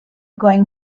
going